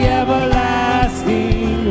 everlasting